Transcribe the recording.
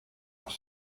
los